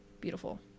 beautiful